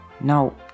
No